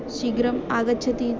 शीघ्रम् आगच्छति